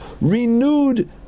renewed